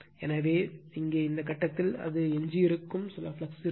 எனவே இங்கே இந்த கட்டத்தில் அது எஞ்சியிருக்கும் சில ஃப்ளக்ஸ் இருக்கும்